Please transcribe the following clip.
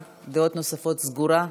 נוספות כבר סגורה.